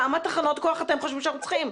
כמה תחנות כוח אתם חושבים שאנחנו צריכים?